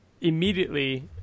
immediately